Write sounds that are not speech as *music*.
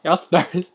you all thirst *laughs*